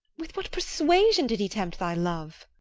with what persuasion did he tempt thy love?